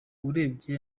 urebye